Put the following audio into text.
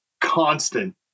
Constant